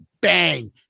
bang